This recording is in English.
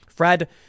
Fred